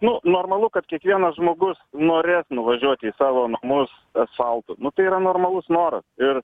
nu normalu kad kiekvienas žmogus norės nuvažiuot į savo namus asfaltu nu tai yra normalus noras ir